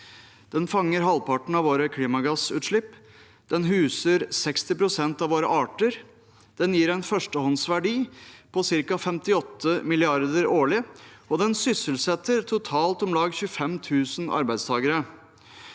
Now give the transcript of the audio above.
Den fanger halvparten av våre klimagassutslipp. Den huser 60 pst. av våre arter. Den gir en førstehåndsverdi på ca. 58 mrd. kr årlig, og den sysselsetter totalt om lag 25 000 arbeidstakere.